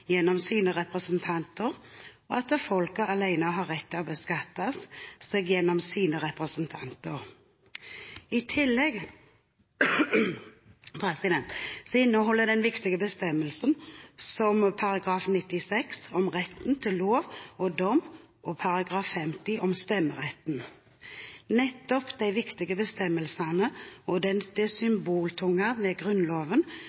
gjennom sine representanter, og at folket alene har rett til å beskatte seg gjennom sine representanter. I tillegg inneholder den viktige bestemmelser som § 96, om lov og dom, og § 50, om stemmeretten. Nettopp de viktige bestemmelsene og det symboltunge ved Grunnloven – at den på mange måter utgjør grunnstammen i det